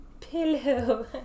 pillow